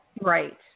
Right